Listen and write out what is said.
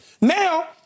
Now